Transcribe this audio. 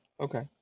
okay